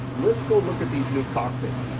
let's go look at these new cockpits.